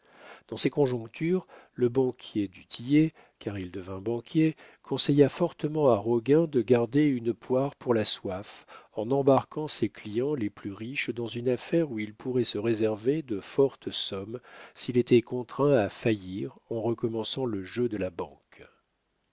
dans ces conjectures le banquier du tillet car il devint banquier conseilla fortement à roguin de garder une poire pour la soif en embarquant ses clients les plus riches dans une affaire où il pourrait se réserver de fortes sommes s'il était contraint à faillir en recommençant le jeu de la banque